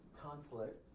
conflict